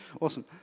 Awesome